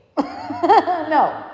No